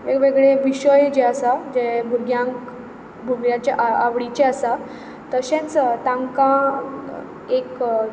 वेगवेगळे विशय जे आसात जे भुरग्यांक भुरग्यांच्या आवडीचे आसात तशेंच तांकां एक